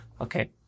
Okay